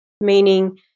meaning